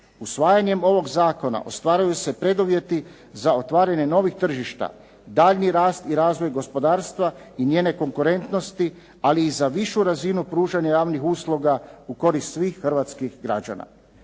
Usvajanjem ovog zakona ostvaruju se preduvjeti za otvaranje novih tržišta, daljnji rast i razvoj gospodarstva i njene konkurentnosti, ali i za višu razinu pružanja javnih usluga u korist svih hrvatskih građana.